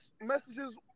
messages